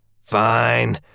Fine